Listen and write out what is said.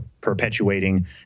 perpetuating